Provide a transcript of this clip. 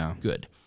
good